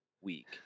week